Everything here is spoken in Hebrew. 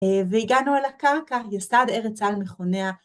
והגענו אל הקרקע, וייסד ארץ על מכוניה.